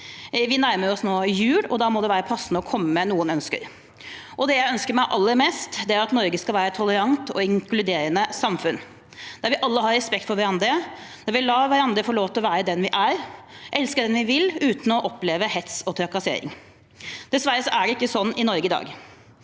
Vi nærmer oss nå jul, og da må det være passende å komme med noen ønsker. Det jeg ønsker meg aller mest, er at Norge skal være et tolerant og inkluderende samfunn, der vi alle har respekt for hverandre, der vi får lov til å være den vi er, elske den vi vil, uten å oppleve hets og trakassering. Dessverre er det ikke sånn i Norge i dag.